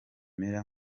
bimera